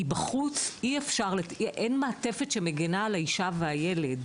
כי בחוץ אין מעטפת שמגנה על האישה והילד.